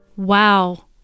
wow